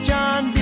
John